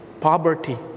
poverty